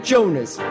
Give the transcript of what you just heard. Jonas